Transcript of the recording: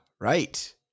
right